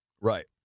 Right